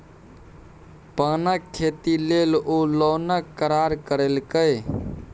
पानक खेती लेल ओ लोनक करार करेलकै